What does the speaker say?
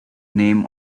name